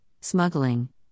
smuggling